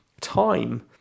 time